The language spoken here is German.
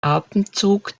atemzug